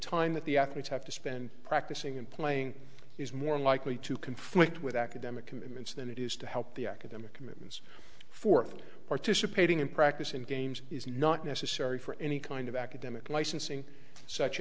time that the athletes have to spend practicing and playing is more likely to conflict with academic commitments than it is to help the academic commitments for participating in practice in games is not necessary for any kind of academic licensing such